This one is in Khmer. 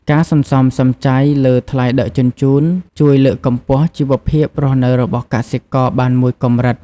ការសន្សំសំចៃលើថ្លៃដឹកជញ្ជូន ជួយលើកកម្ពស់ជីវភាពរស់នៅរបស់កសិករបានមួយកម្រិត។